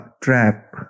trap